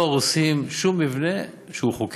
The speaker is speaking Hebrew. לא הורסים שום מבנה שהוא חוקי.